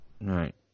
right